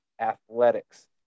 Athletics